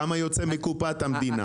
כמה יוצא מקופת המדינה?